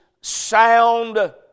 sound